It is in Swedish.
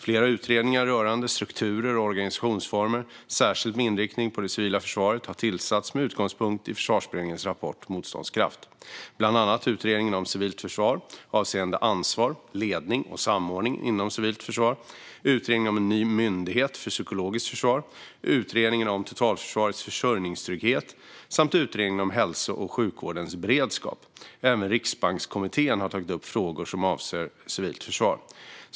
Flera utredningar rörande strukturer och organisationsformer, särskilt med inriktning på det civila försvaret, har tillsatts med utgångspunkt i Försvarsberedningens rapport Motståndskraft , bland annat Utredningen om civilt försvar avseende ansvar, ledning och samordning inom civilt försvar, Utredningen om en ny myndighet för psykologiskt försvar, Utredningen om totalförsvarets försörjningstrygghet samt Utredningen om hälso och sjukvårdens beredskap. Även Riksbankskommittén har tagit upp frågor som avser civilt försvar.